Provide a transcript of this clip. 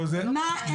מה הם עושים בשבילו?